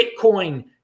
Bitcoin